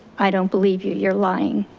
i don't believe you, you're lying.